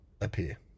appear